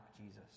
Jesus